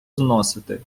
зносити